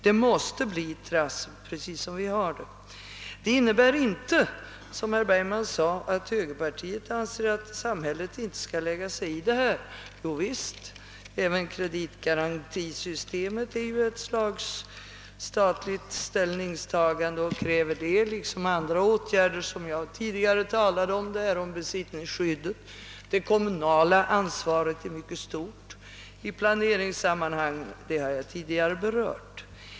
Det måste bli trassel, precis som vi har nu. Det innebär inte, som herr Bergman sade, att högerpartiet anser att samhället inte skall lägga sig i denna sak. Jovisst! även kreditgarantisystemet är ett slags statligt ställningstagande som kräver sådana åtgärder som jag tidigare talade om. Det kommunala ansvaret är mycket stort i planeringssammanhang, det har jag tidigare berört.